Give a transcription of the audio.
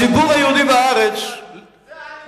הציבור היהודי בארץ, זו עלילת דם.